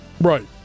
Right